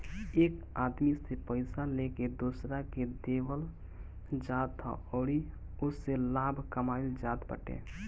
एक आदमी से पइया लेके दोसरा के देवल जात ह अउरी ओसे लाभ कमाइल जात बाटे